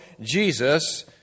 Jesus